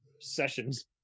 sessions